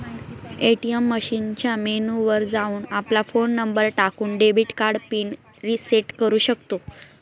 ATM मशीनच्या menu वर जाऊन, आपला फोन नंबर टाकून, डेबिट कार्ड पिन रिसेट करू शकतो